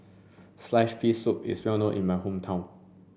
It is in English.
sliced fish soup is well known in my hometown